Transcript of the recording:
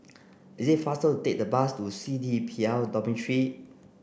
it is faster to take the bus to C D P L Dormitory